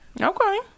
Okay